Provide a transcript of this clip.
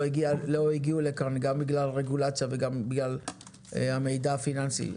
הגיעו לכאן גם בגלל הרגולציה וגם בגלל המידע הפיננסי.